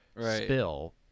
spill